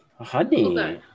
Honey